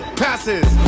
passes